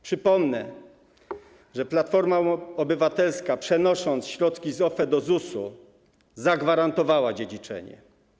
Przypomnę, że Platforma Obywatelska, przenosząc środki z OFE do ZUS-u, zagwarantowała dziedziczenie.